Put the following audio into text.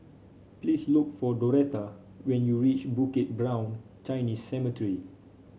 please look for Doretta when you reach Bukit Brown Chinese Cemetery